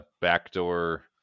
backdoor